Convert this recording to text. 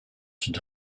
saint